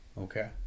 Okay